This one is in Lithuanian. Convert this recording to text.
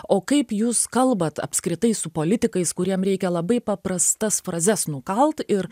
o kaip jūs kalbat apskritai su politikais kuriem reikia labai paprastas frazes nukalt ir